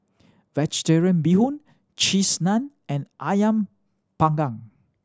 Vegetarian Bee Hoon Cheese Naan and Ayam Panggang